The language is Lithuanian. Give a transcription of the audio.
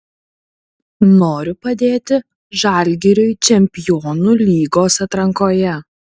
noriu padėti žalgiriui čempionų lygos atrankoje